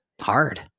hard